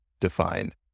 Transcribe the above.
defined